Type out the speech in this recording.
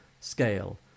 scale